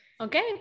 okay